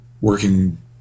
working